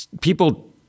people